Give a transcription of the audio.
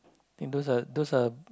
think those are those are